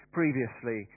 previously